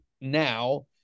now